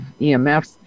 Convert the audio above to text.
EMFs